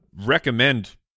recommend